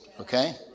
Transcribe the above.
Okay